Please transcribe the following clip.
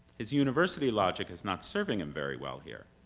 his university logic is not serving him very well here.